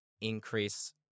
increase